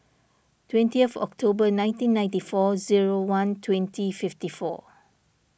twentieth Octorber nineteen ninety four zero one twenty fifty four